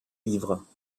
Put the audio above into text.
livre